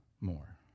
more